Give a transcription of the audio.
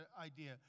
idea